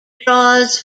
draws